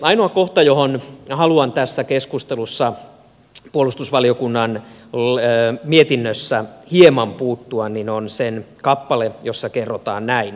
ainoa kohta johon haluan tässä keskustelussa puolustusvaliokunnan mietinnössä hieman puuttua on sen kappale jossa kerrotaan näin